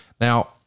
Now